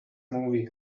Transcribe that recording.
movie